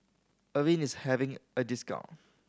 Avene is having a discount